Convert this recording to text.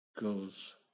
goes